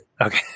Okay